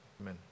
Amen